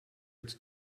its